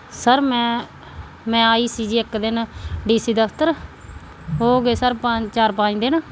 sir ਮੈਂ ਮੈਂ ਆਈ ਸੀ ਜੀ ਇੱਕ ਦਿਨ ਡੀ ਸੀ ਦਫਤਰ ਹੋ ਗਏ ਸਰ ਪੰਜ ਚਾਰ ਪੰਜ ਦਿਨ